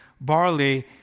barley